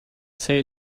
say